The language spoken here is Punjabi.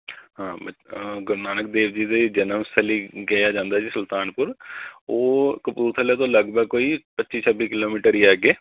ਹਾ ਬ ਆਂ ਗੁਰੂ ਨਾਨਕ ਦੇਵ ਜੀ ਦੇ ਜਨਮਸਲੀ ਕਿਹਾ ਜਾਂਦਾ ਜੀ ਸੁਲਤਾਨਪੁਰ ਉਹ ਕਪੂਰਥਲੇ ਤੋਂ ਲਗਭਗ ਕੋਈ ਪੱਚੀ ਛੱਬੀ ਕਿਲੋਮੀਟਰ ਹੀ ਹੈ ਅੱਗੇ